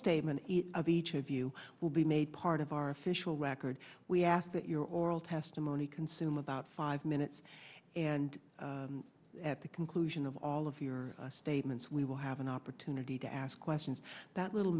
statement of each of you will be made part of our official record we ask that your oral testimony consume about five minutes and at the conclusion of all of your statements we will have an opportunity to ask questions that little